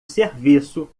serviço